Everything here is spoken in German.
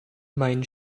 mein